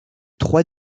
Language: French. trois